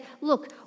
Look